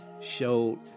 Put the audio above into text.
showed